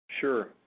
sure